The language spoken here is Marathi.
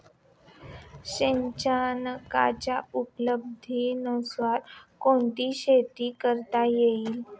सिंचनाच्या उपलब्धतेनुसार कोणत्या शेती करता येतील?